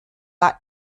war